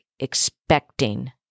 expecting